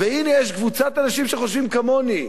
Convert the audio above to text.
והנה יש קבוצת אנשים שחושבים כמוני,